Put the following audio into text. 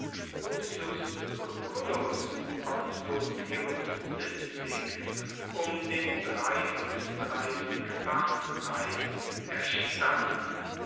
lucius lucullus um den dreiunddreißigfachen preis erstand